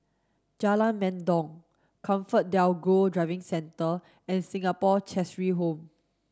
Jalan Mendong ComfortDelGro Driving Centre and Singapore Cheshire Home